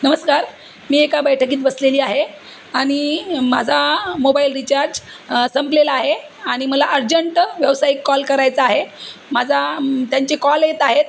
नमस्कार मी एका बैठकीत बसलेली आहे आणि माझा मोबाईल रिचार्ज संपलेला आहे आणि मला अर्जंट व्यावसायिक कॉल करायचा आहे माझा त्यांचे कॉल येत आहेत